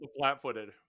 flat-footed